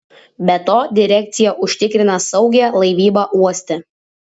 be to direkcija užtikrina saugią laivybą uoste